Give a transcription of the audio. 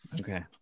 Okay